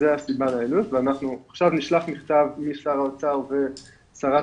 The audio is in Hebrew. זו הסיבה לעלות ואנחנו עכשיו נשלח מכתב משר האוצר ושרת